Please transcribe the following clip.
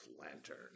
lantern